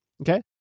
Okay